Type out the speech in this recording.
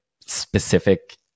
specific